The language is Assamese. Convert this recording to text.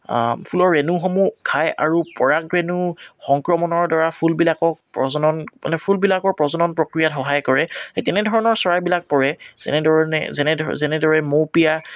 ফুলৰ ৰেণুসমূহ খায় আৰু পৰাগৰেণু সংক্ৰমণৰ দ্বাৰা ফুলবিলাকক প্ৰজনন মানে ফুলবিলাকৰ প্ৰজনন প্ৰক্ৰিয়াত সহায় কৰে সেই তেনেধৰণৰ চৰাইবিলাক পৰে যেনেদৰণে যেনেদৰে মৌপিয়া